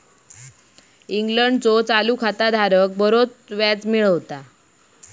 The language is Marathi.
इंग्लंडचो चालू खाता धारक बरोच व्याज मिळवता